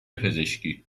پزشکی